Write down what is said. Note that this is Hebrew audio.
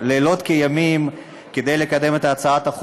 לילות כימים כדי לקדם את הצעת החוק